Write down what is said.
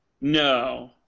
No